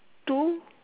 two